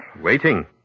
Waiting